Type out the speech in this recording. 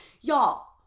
y'all